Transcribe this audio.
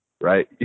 right